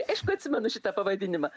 aišku atsimenu šitą pavadinimą